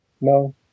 No